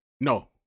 No